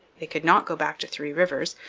they could not go back to three rivers,